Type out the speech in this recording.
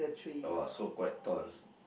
!wah! so quite tall